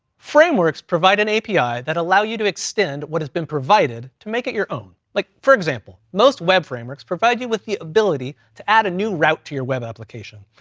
frameworks provide an api that allow you to extend what has been provided to make it your own. like for example, most web frameworks provide you with the ability to add a new route to your web application.